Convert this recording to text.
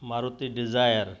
Maruti desire